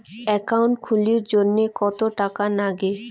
Account খুলির জন্যে কত টাকা নাগে?